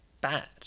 Bad